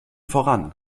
voran